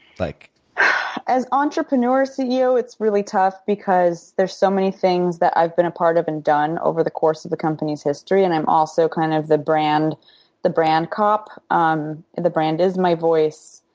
like as entrepreneur ceo it's really tough because there's so many things that i've been a part of and done over the course of the company's history. and i'm also kind of the brand the brand cop. um the brand is my voice.